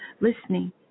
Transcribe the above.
listening